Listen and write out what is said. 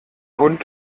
hund